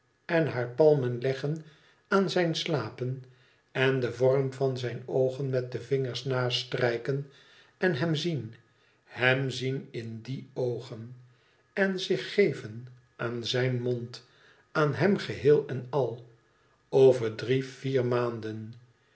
en haar palmen leggen aan zijn slapen en den vorm van zijn oogen met de vingers nastrijken en hem zien hem zien in die oogen en zich geven aan zijn mond aan hem geheel en al over drie vier maanden